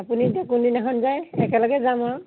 আপুনি এতিয়া কোনদিনাখন যায় একেলগে যাম আৰু